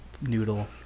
noodle